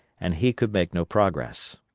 and he could make no progress.